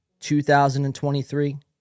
2023